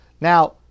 Now